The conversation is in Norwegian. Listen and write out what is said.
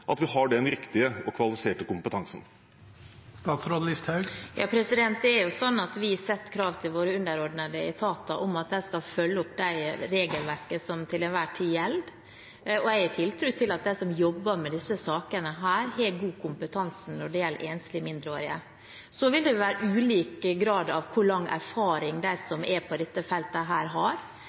at vi har den riktige og den kvalifiserte kompetansen. Vi setter krav til våre underordnede etater om at de skal følge opp det regelverket som til enhver tid gjelder. Jeg har tiltro til at de som jobber med disse sakene, har god kompetanse når det gjelder enslige mindreårige. Det vil være ulik grad av erfaring blant dem som jobber på dette feltet, men i de fleste tilfeller vil det være flere inne i hver sak for å gjøre disse vurderingene. Så det mener jeg er